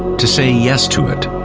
to say yes to it.